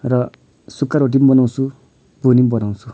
र सुक्खा रोटी पनि बनाउँछु पुरी पनि बनाउँछु